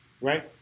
Right